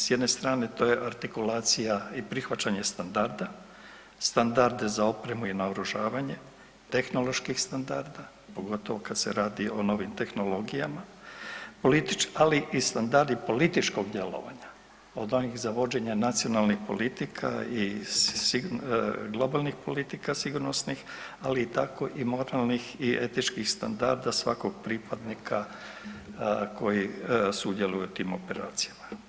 S jedne strane, to je artikulacija i prihvaćanje standarda, standardi za opremu i naoružavanje, tehnoloških standarda, pogotovo kad se radi o novim tehnologijama, .../nerazumljivo/... ali i standardi političkog djelovanja, od onih za vođenje nacionalnih politika i globalnih politika sigurnosnih, ali i tako i moralnih i etičkih standarda svakog pripadnika koji sudjeluje u tim operacijama.